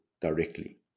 directly